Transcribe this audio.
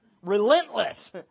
relentless